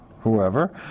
whoever